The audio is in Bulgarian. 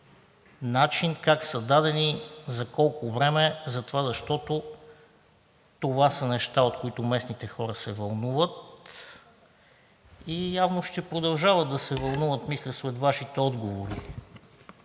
начин, как са дадени, за колко време, затова защото това са неща, от които местните хора се вълнуват и явно ще продължават да се вълнуват, мисля, след Вашите отговори.